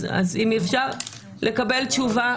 אז אם אפשר לקבל תשובה.